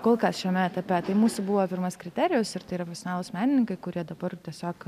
kol kas šiame etape tai mūsų buvo pirmas kriterijus ir tai yra oficialūs menininkai kurie dabar tiesiog